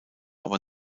aber